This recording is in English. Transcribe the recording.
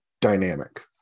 dynamic